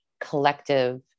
collective